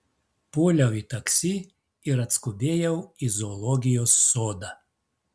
puoliau į taksi ir atskubėjau į zoologijos sodą